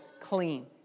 clean